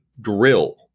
drill